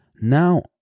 Now